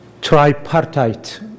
tripartite